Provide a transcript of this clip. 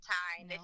time